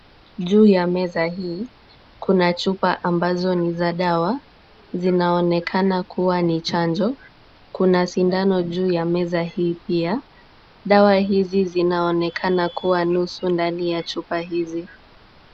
Juu ya meza hii kuna chupa ambazo ni za dawa. Zinaonekana kuwa ni chanjo, kuna sindano juu ya meza hii pia, dawa hizi zinaonekana kuwa nusu ndani ya chupa hizi.